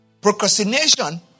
procrastination